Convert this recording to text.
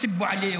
הציבורי.